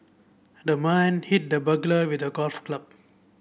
the man hit the burglar with a golf club